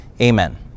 amen